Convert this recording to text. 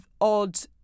odd